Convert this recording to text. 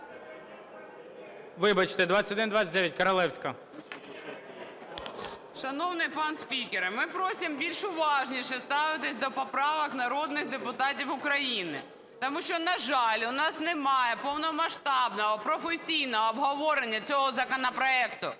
13:53:24 КОРОЛЕВСЬКА Н.Ю. Шановний пане спікере, ми просимо більш уважніше ставитись до поправок народних депутатів України. Тому що, на жаль, у нас немає повномасштабного професійного обговорення цього законопроекту.